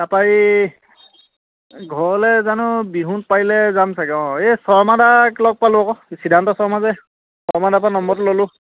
তাৰ পৰা এই ঘৰলৈ জানো বিহুত পাৰিলে যাম চাগে অঁ এই শৰ্মা দাক লগ পালোঁ আকৌ সিদ্ধাৰ্থ শৰ্মা যে শৰ্মা দাৰ পৰা নম্বৰটো ল'লোঁ